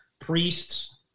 Priests